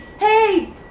Hey